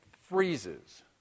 freezes